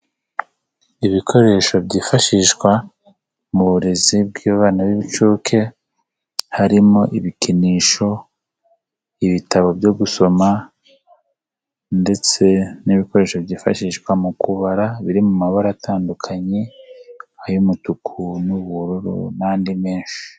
Ibikoresho byifashishwa mu burezi bw'abana b'inshuke harimo ibikinisho, ibitabo byo gusoma ndetse n'ibikoresho byifashishwa mu kubara biri mu mabara atandukanye, ay'umutuku n'ubururu n'andi menshi.